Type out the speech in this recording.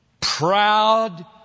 proud